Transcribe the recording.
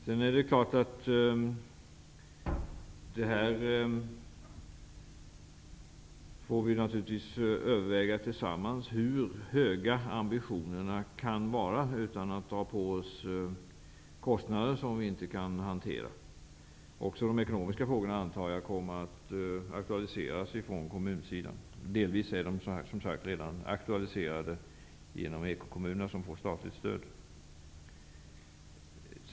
Det är klart att vi tillsammans får överväga hur höga ambitionerna kan vara. Vi får ju inte dra på oss kostnader som vi inte kan hantera. Också de ekonomiska frågorna kommer, antar jag, att aktualiseras från kommunernas sida. Delvis är de frågorna, som sagt, redan aktualiserade genom ekokommunerna, som får statligt stöd.